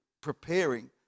preparing